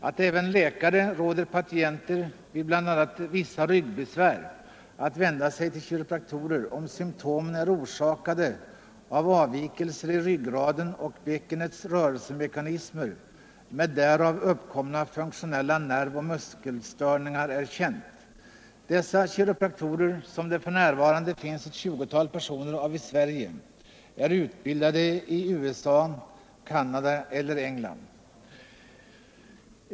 Att även läkare råder patienter med bl.a. vissa ryggbesvär att vända sig till kiropraktorer, om symtomen är orsakade av avvikelser i ryggraden och bäckenets rörelsemekanismer med därav uppkomna funktionella nervoch muskelstörningar, är känt. Dessa kiropraktorer, som det för närvarande finns ett 20-tal av i Sverige, är utbildade i USA, Canada eller England.